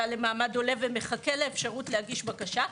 למעמד עולה ומחכה לאפשרות להגיש בקשה,